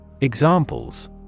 Examples